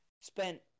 spent